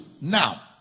Now